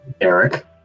Eric